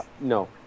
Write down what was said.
No